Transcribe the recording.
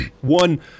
one